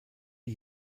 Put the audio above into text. die